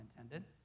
intended